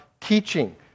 teaching